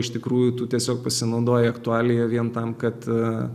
iš tikrųjų tu tiesiog pasinaudoji aktualija vien tam kad